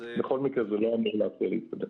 בכל מקרה, זה אמור להפריע להתקדם.